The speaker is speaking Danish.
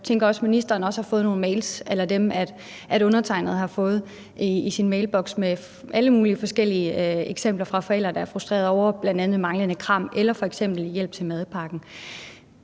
ministeren også har fået nogle mails a la dem, som undertegnede har fået i sin mailboks, med alle mulige forskellige eksempler fra forældre, der er frustrerede over bl.a. manglende kram eller f.eks. manglende hjælp til madpakken.